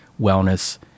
wellness